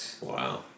Wow